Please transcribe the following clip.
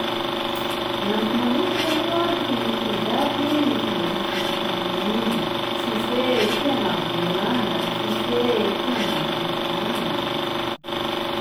Ny amiko manokany aloha tokony mitovy aby gny fandraisan'ny fanjakagna olo, tsisy hoe ty agnabon'ny lalàna, tsisy hoe ty ambanin'ny lalàna.